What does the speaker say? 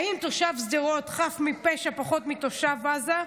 האם תושב שדרות חף מפשע פחות מתושב עזה?